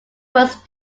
was